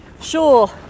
sure